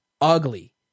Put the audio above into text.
ugly